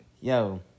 Yo